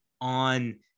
on